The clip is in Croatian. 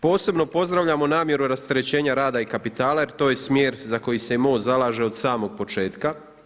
Posebno pozdravljam namjeru rasterećenja rada i kapitala jer to je smjer za koji se i MOST zalaže od samog početka.